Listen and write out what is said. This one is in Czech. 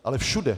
Ale všude!